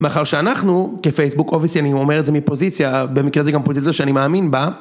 מאחר שאנחנו כפייסבוק אובייסי אני אומר את זה מפוזיציה, במקרה זה גם פוזיציה שאני מאמין בה